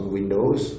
Windows